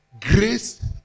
Grace